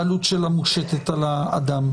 העלות שלה מושתת על האדם.